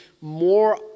more